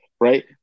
right